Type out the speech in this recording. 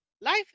Life